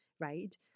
Right